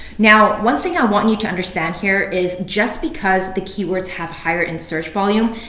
now, one thing i want you to understand here is just because the keywords have higher and search volume,